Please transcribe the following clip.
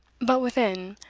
but within,